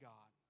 God